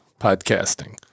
podcasting